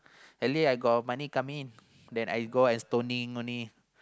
at least I got money come in than I go out and stoning only